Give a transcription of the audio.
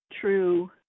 true